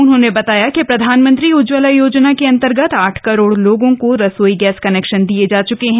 उन्होंने बताया कि प्रधानमंत्री उज्जवला योजना के अंतर्गत आठ करोड़ लोगों को रसोई गैस कनेक्शन दिए जा चुके हैं